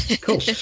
Cool